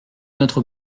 notre